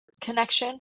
connection